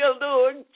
Lord